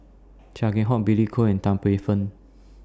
Chia Keng Hock Billy Koh and Tan Paey Fern